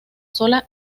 sola